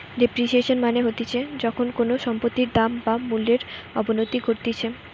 depreciation মানে হতিছে যখন কোনো সম্পত্তির দাম বা মূল্যর অবনতি ঘটতিছে